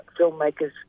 filmmakers